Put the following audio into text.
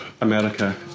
America